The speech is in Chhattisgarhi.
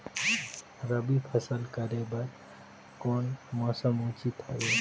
रबी फसल करे बर कोन मौसम उचित हवे?